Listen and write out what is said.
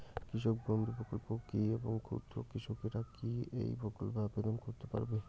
কৃষক বন্ধু প্রকল্প কী এবং ক্ষুদ্র কৃষকেরা কী এই প্রকল্পে আবেদন করতে পারবে?